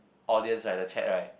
audience right the chat right